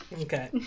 Okay